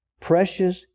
Precious